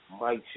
Mike